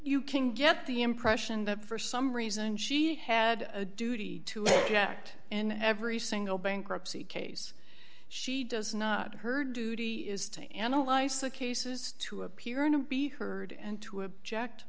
you can get the impression that for some reason she had a duty to act in every single bankruptcy case she does not heard duty is to analyze the cases to appearing to be heard and to object